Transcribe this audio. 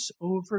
over